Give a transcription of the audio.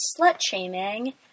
slut-shaming